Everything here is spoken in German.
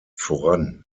voran